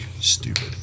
stupid